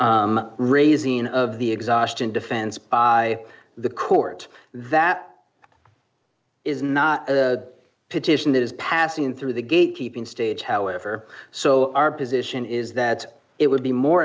spontaneous raising of the exhaustion defense by the court that is not a petition that is passing through the gate keeping stage however so our position is that it would be more